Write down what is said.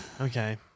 Okay